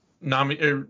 Nami